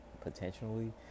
potentially